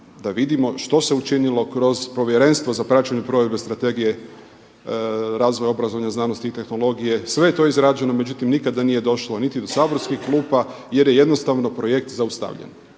da vidimo što se učinilo kroz povjerenstvo za praćenje provedbe Strategije razvoja obrazovanja, znanosti i tehnologije. Sve je to izrađeno, međutim nikada nije došlo niti do saborskih klupa jer je jednostavno projekt zaustavljen.